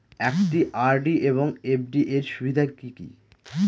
একটি আর.ডি এবং এফ.ডি এর সুবিধা কি কি?